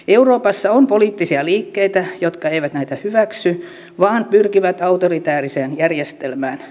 euroopassa on poliittisia liikkeitä jotka eivät näitä hyväksy vaan pyrkivät autoritääriseen järjestelmään